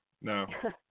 No